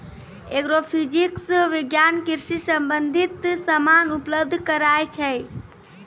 agrophysics विज्ञान कृषि संबंधित समान उपलब्ध कराय छै